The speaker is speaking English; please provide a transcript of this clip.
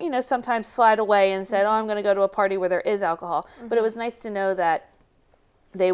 you know sometimes slide away and said i'm going to go to a party where there is alcohol but it was nice to know that they